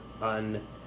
on